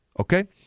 Okay